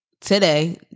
today